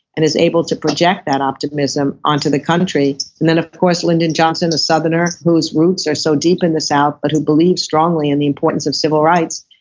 and is able to project that optimism onto the country and then of course lyndon johnson, a southerner, whose roots are so deep in the south, but believes strongly in the importance of civil rights,